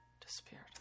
disappeared